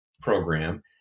program